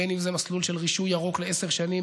בין אם זה מסלול של רישוי ירוק לעשר שנים,